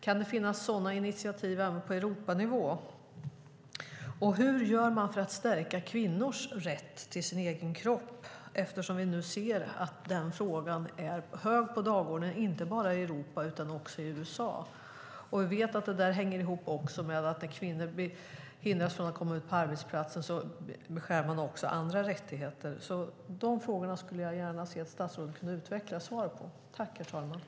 Kan det finnas sådana initiativ även på Europanivå? Hur gör man för att stärka kvinnors rätt till sin egen kropp? Vi ser att den frågan är högt upp på dagordningen, inte bara i Europa utan också i USA. Vi vet att det hänger ihop med att när kvinnor hindras från att komma in på arbetsplatser beskärs även andra rättigheter. De frågorna skulle jag gärna se att statsrådet utvecklade.